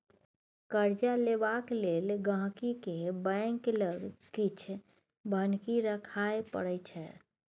कर्जा लेबाक लेल गांहिकी केँ बैंक लग किछ बन्हकी राखय परै छै